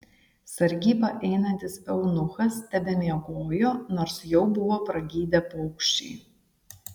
sargybą einantis eunuchas tebemiegojo nors jau buvo pragydę paukščiai